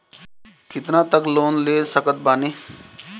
कितना तक लोन ले सकत बानी?